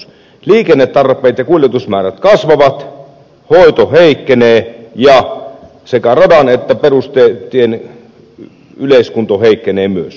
liikennetarpeet ja kuljetusmäärät kasvavat hoito heikkenee ja sekä radan että perustien yleiskunto heikkenee myös